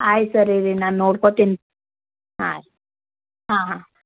ಆಯ್ತು ಸರಿ ರೀ ನಾನು ನೋಡ್ಕೊತೀನಿ ಹಾಂ ರೀ ಹಾಂ ಹಾಂ